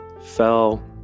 fell